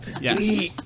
Yes